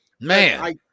Man